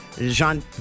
Jean